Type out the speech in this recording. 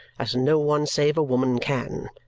as no one save a woman can.